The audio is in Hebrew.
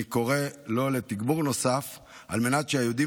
אני קורא לו לתגבור נוסף על מנת שהיהודים